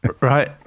right